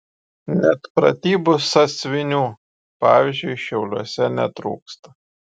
net pratybų sąsiuvinių pavyzdžiui šiauliuose netrūksta